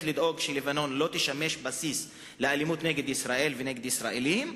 לדאוג שלבנון לא תשמש בסיס לאלימות נגד ישראל ונגד ישראלים,